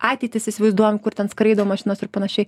ateitis įsivaizduojam kur ten skraido mašinos ir panašiai